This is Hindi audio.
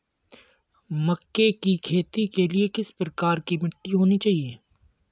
मक्के की खेती के लिए किस प्रकार की मिट्टी होनी चाहिए?